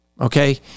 okay